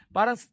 Parang